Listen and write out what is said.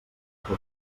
que